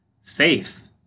safe